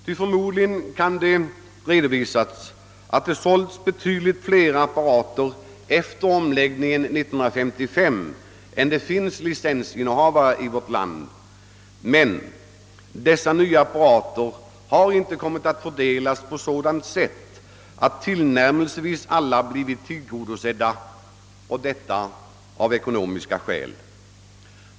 Troligen kan det redovisas betydligt fler försålda apparater efter omläggningen 1955 än det finns licensinnehavare i landet, men av ekonomiska skäl har dessa nya apparater inte kommit att fördelas på sådant sätt att tillnärmelsevis alla behov blivit tillgodosedda.